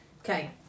Okay